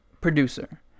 producer